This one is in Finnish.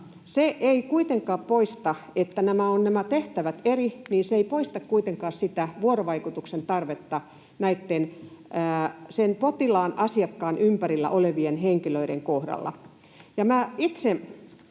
mutta se, että nämä tehtävät ovat erilaiset, ei poista kuitenkaan vuorovaikutuksen tarvetta näitten sen potilaan, asiakkaan, ympärillä olevien henkilöiden kohdalla.